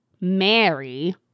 Mary